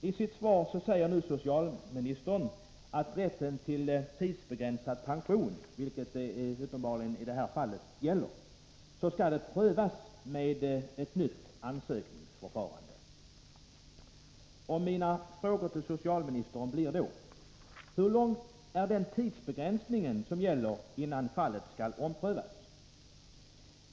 I sitt svar säger socialministern att rätten till tidsbegränsad pension, vilket det uppenbarligen gäller i det här fallet, skall prövas med ett nytt ansökningsförfarande. Mina frågor till socialministern blir: Hur länge dröjer det, innan fallet skall omprövas?